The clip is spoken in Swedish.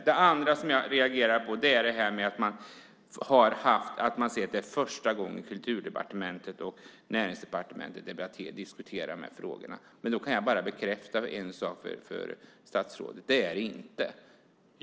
Det andra som jag reagerar på är att man säger att det är första gången som Kulturdepartementet och Näringsdepartementet diskuterar de här frågorna. Då kan jag bekräfta en sak för statsrådet. Det är det inte.